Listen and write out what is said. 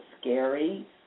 scary